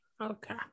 okay